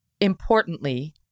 importantly